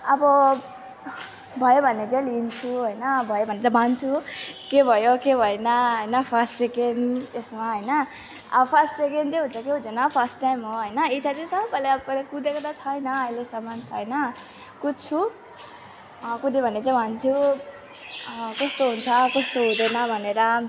अब भयो भने चाहिँ लिन्छु होइन भयो भने त भन्छु के भयो के भएन होइन फर्स्ट सेकेन्ड यसमा होइन अब फर्स्ट सेकेन्ड चाहिँ हुन्छ कि हुँदैन फर्स्ट टाइम हो होइन इच्छा चाहिँ छ मैले अब पहिला कुदेको त छैन अहिलेसम्म होइन कुद्छु कुदेँ भने चाहिँ भन्छु कस्तो हुन्छ कस्तो हुँदैन भनेर